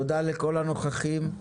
תודה לכל הנוכחים.